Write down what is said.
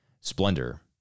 splendor